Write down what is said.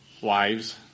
wives